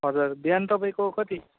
हजुर बिहान तपाईँको कति